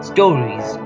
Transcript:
stories